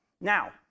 Now